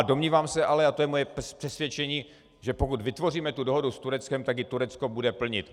Domnívám se ale, a to je moje přesvědčení, že pokud vytvoříme dohodu s Tureckem, tak ji Turecko bude plnit.